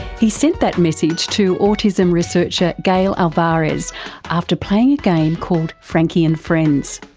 he sent that message to autism researcher gail alvares after playing a game called frankie and friends.